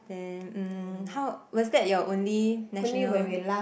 then mm how was that your only national